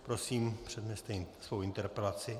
Prosím, předneste svou interpelaci.